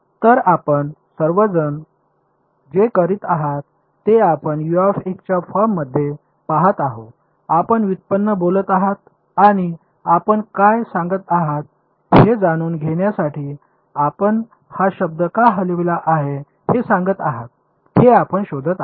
तर आपण सर्वजण जे करीत आहात ते आपण च्या फॉर्म मध्ये पाहत आहो आपण व्युत्पन्न बोलत आहात आणि आपण काय सांगत आहात हे जाणून घेण्यासाठी आपण हा शब्द का हलविला आहे हे सांगत आहात हे आपण शोधत आहात